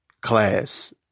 class